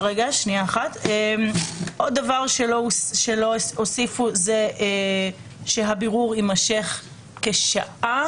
עוד דבר שלא הוסיפו זה שהבירור יימשך כשעה,